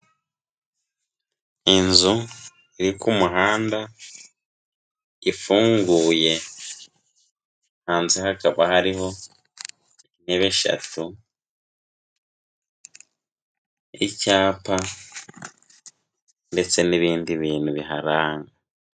Inzu iri ku muhanda ifunguye hanze hakaba hariho intebe eshatu, icyapa ndetse n'ibindi bintu biharanga.